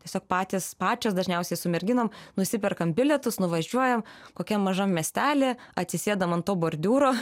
tiesiog patys pačios dažniausiai su merginom nusiperkam bilietus nuvažiuojam kokiam mažam miestely atsisėdam ant to bordiūro